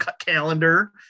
calendar